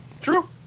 True